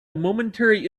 momentary